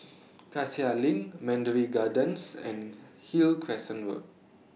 Cassia LINK Mandarin Gardens and Hillcrest Road